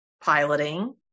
piloting